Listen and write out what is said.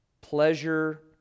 pleasure